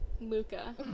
Luca